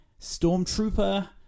Stormtrooper